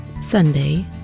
Sunday